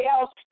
else